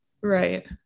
Right